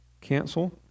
cancel